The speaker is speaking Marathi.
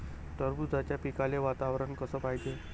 टरबूजाच्या पिकाले वातावरन कस पायजे?